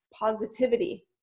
positivity